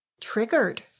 Triggered